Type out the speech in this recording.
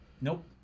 nope